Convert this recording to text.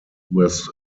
was